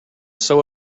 sew